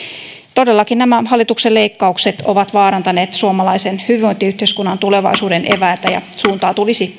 todellakin nämä hallituksen leikkaukset ovat vaarantaneet suomalaisen hyvinvointiyhteiskunnan tulevaisuuden eväitä ja suuntaa tulisi